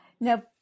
Now